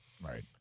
Right